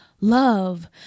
love